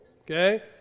Okay